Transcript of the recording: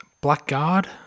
Blackguard